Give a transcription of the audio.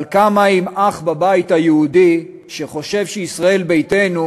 אבל קמה עם אח בבית היהודי שחושב שישראל ביתנו,